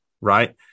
Right